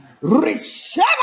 Receive